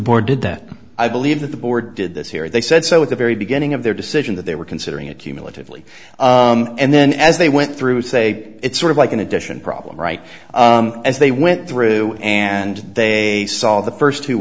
did that i believe that the board did this here they said so at the very beginning of their decision that they were considering it cumulatively and then as they went through say it sort of like an addition problem right as they went through and they saw the first